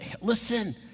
Listen